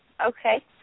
okay